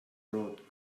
brought